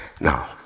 Now